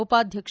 ಉಪಾಧ್ಯಕ್ಷ